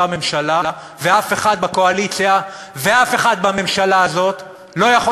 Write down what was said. הממשלה ואף אחד בקואליציה ואף אחד בממשלה הזאת לא יכול